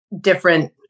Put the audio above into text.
different